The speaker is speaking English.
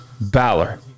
Balor